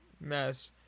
mess